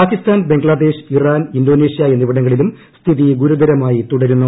Pakistan Bangladesh Iran Indonesia എന്നിവിടങ്ങളിലും സ്ഥിതി ഗൂരുതരമായി തുടരുന്നു